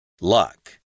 Luck